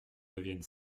devienne